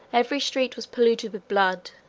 every street was polluted with blood,